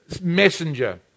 messenger